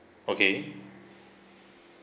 okay